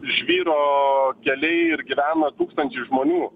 žvyro keliai ir gyvena tūkstančiai žmonių